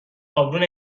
ابرو